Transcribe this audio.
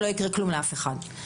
לא יקרה כלום לאף אחד.